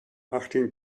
achttien